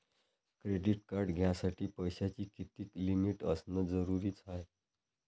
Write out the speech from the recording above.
Credit card घ्यासाठी पैशाची कितीक लिमिट असनं जरुरीच हाय?